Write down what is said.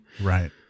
Right